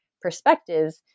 perspectives